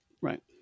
Right